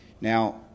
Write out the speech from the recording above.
Now